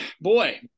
boy